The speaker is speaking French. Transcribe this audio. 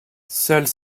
seules